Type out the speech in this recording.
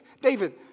David